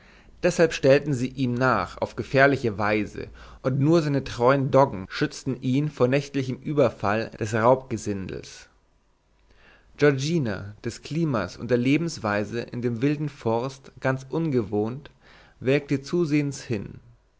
deshalb stellten sie ihm nach auf gefährliche weise und nur seine treuen doggen schützten ihn vor nächtlichem überfall des raubgesindels giorgina des klimas und der lebensweise in dem wilden forst ganz ungewohnt welkte zusehends hin